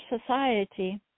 society